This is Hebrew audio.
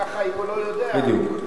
ככה, אם הוא לא יודע, בדיוק.